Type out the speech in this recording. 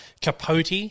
Capote